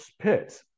pit